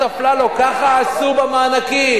ללכת למחיר למשתכן